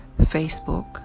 Facebook